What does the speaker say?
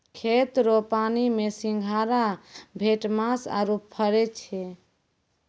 खेत रो पानी मे सिंघारा, भेटमास आरु फरै छै